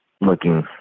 looking